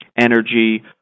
energy